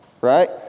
right